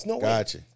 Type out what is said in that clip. Gotcha